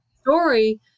story